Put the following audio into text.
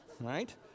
right